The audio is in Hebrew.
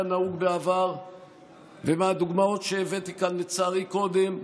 נהוג בעבר ומהדוגמאות שהבאתי כאן קודם,